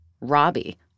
Robbie